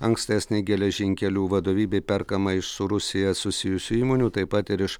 ankstesnei geležinkelių vadovybei perkama iš su rusija susijusių įmonių taip pat ir iš